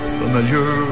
familiar